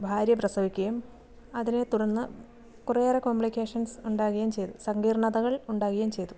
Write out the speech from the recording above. ഭാര്യ പ്രസവിക്കുകയും അതിനെത്തുടർന്ന് കുറെയേറെ കോംപ്ലിക്കേഷൻസ് ഉണ്ടാകുകയും ചെയ്തു സകീർണ്ണതകൾ ഉണ്ടാകുകയും ചെയ്തു